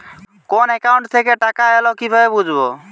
কোন একাউন্ট থেকে টাকা এল কিভাবে বুঝব?